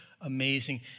amazing